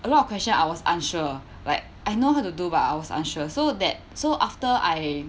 a lot of questions I was unsure like I know how to do but I was unsure so that so after I